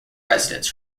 residents